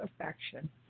affection